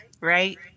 right